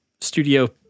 studio